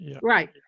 Right